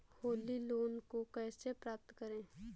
Holi loan को कैसे प्राप्त करें?